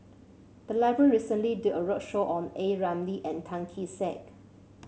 the library recently did a roadshow on A Ramli and Tan Kee Sek